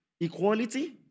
equality